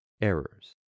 errors